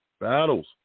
Battles